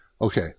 Okay